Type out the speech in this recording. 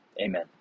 Amen